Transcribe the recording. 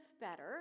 better